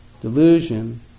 delusion